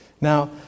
Now